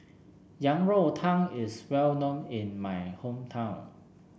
Yang Rou Tang is well known in my hometown